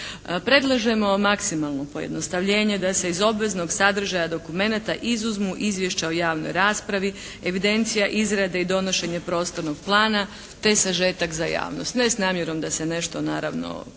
predlažemo maksimalno pojednostavljenje da se iz obveznog sadržaja dokumenata izuzmu izvješća o javnoj raspravi, evidencija izrade i donošenje prostornog plana te sažetak za javnost, ne s namjerom da se nešto naravno prikrije.